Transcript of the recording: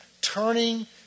turning